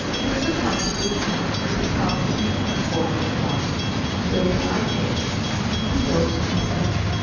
mix a pint of rich milk with a pound and a quarter of flour break nine eggs beat the yelks with the batter,